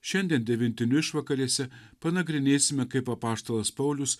šiandien devintinių išvakarėse panagrinėsime kaip apaštalas paulius